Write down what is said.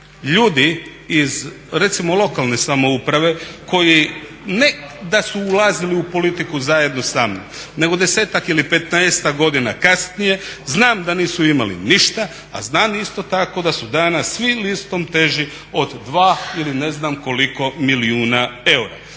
ljudi iz recimo lokalne samouprave koji ne da su ulazili u politiku zajedno sa mnom nego 10-ak ili 15-ak godina kasnije, znam da nisu imali ništa, a znam isto tako da su danas svi listom teži od 2 ili ne znam koliko milijuna eura.